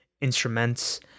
instruments